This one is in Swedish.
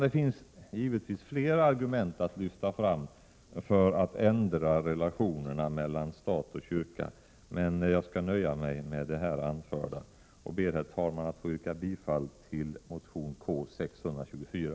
Det finns givetvis flera argument att lyfta fram för att ändra relationerna mellan stat och kyrka, men jag skall nöja mig med det här anförda och ber att få yrka bifall till motion K624.